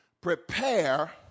prepare